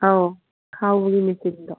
ꯑꯧ ꯈꯥꯎꯕꯒꯤ ꯃꯦꯆꯤꯟꯗꯣ